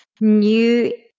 new